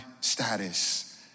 status